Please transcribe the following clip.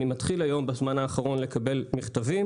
אני מתחיל בזמן האחרון מכתבים: